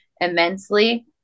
immensely